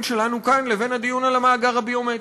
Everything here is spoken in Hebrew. שלנו כאן לבין הדיון על המאגר הביומטרי.